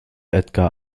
edgar